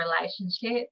relationship